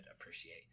appreciate